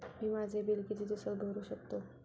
मी माझे बिल किती दिवसांत भरू शकतो?